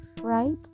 right